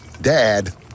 Dad